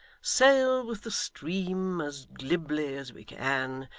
sail with the stream as glibly as we can,